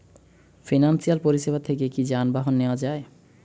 Financial পরিসেবা থেকে কি যানবাহন নেওয়া যায়?